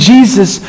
Jesus